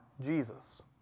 Jesus